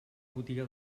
botiga